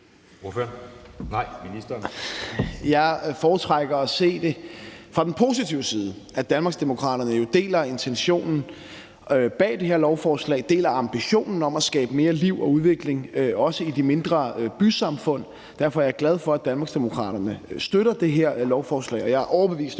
Jeg foretrækker at se det fra den positive side, altså at Danmarksdemokraterne jo deler intentionen bag det her lovforslag og deler ambitionen om at skabe mere liv og udvikling, også i de mindre bysamfund. Derfor er jeg glad for, at Danmarksdemokraterne støtter det her lovforslag, og jeg er overbevist om, at